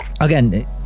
Again